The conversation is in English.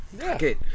Okay